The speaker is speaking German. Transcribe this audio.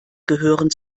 gehören